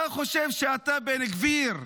אתה חושב שאתה, בן גביר,